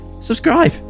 subscribe